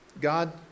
God